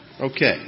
Okay